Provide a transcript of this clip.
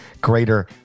greater